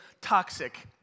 toxic